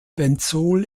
benzol